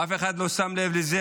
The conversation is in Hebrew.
אף אחד לא שם לב לזה,